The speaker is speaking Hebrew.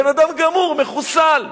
הבן-אדם גמור, מחוסל.